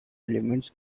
elements